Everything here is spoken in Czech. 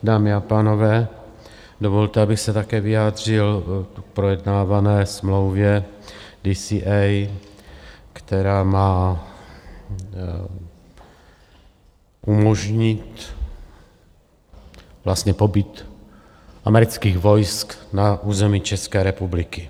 Dámy a pánové, dovolte, abych se také vyjádřil k projednávané smlouvě DCA, která má umožnit vlastně pobyt amerických vojsk na území České republiky.